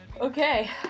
Okay